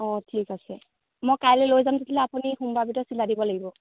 অঁ ঠিক আছে মই কাইলে লৈ আপুনি সোমবাৰৰ ভিতৰত চিলাই দিব লাগিব